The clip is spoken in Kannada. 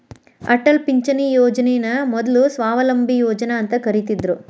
ಅಟಲ್ ಪಿಂಚಣಿ ಯೋಜನನ ಮೊದ್ಲು ಸ್ವಾವಲಂಬಿ ಯೋಜನಾ ಅಂತ ಕರಿತ್ತಿದ್ರು